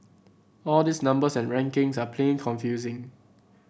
all these numbers and rankings are plain confusing